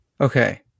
Okay